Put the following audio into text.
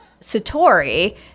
Satori